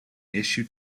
issue